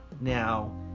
Now